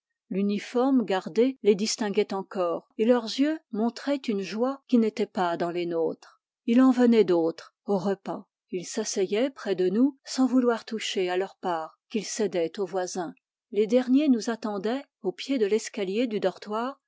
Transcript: l'uniforme gardé les distinguait encore et leurs yeux montraient unejoie qui n'était pas dans les nôtres il en venait d'autres au repas ils s'asseyaient près de nous sans vouloir toucher à leur part qu'ils cédaient aux voisins les derniers nous attendaient au pied de l'escalier du dortoir